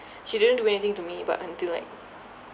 she didn't do anything to me but until like